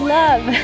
love